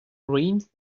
ruined